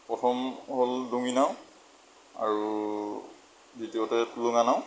প্ৰথম হ'ল ডঙি নাও আৰু দ্বিতীয়তে টুলুঙা নাও